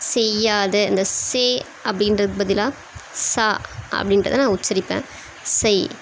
செய்யாத இந்த செ அப்படின்றதுக்கு பதிலாக சா அப்படின்றத நான் உச்சரிப்பேன் செய்